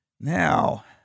Now